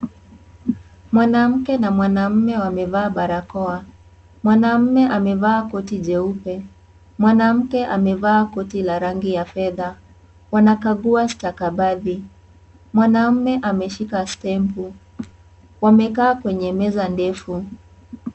Mwanamke na mwanaume wamevaa barakoa, mwanaume amevaa koti jeupe, mwanamke amevaa koti la rangi ya fedha wanakagua stakabadhi. Mwanaume ameshika stempu. Wamekaa kwenye meza ndefu.